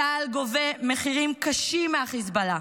צה"ל גובה מחירים קשים מהחיזבאללה,